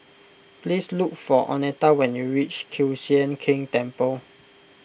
please look for oneta when you reach Kiew Sian King Temple